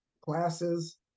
classes